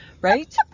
Right